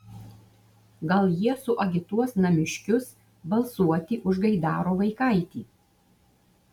gal jie suagituos namiškius balsuoti už gaidaro vaikaitį